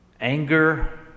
Anger